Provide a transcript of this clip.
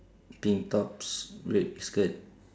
pink tops red skirt